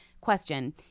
Question